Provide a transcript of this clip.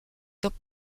top